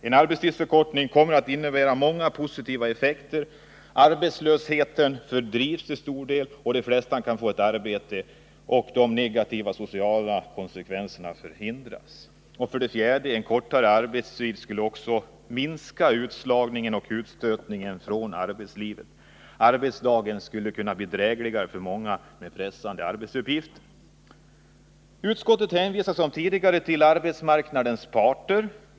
En arbetstidsförkortning kommer att få många positiva effekter: arbetslösheten fördrivs och de flesta får ett jobb, och negativa sociala konsekvenser förhindras. 4. En kortare arbetstid skulle minska utslagningen och utstötningen från arbetslivet. Arbetsdagen skulle kunna bli drägligare för många med pressande arbetsuppgifter. Utskottet hänvisar som tidigare till arbetsmarknadens parter.